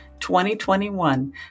2021